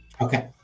Okay